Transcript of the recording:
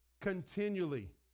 Continually